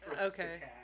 Okay